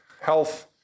health